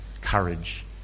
courage